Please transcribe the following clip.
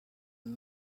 and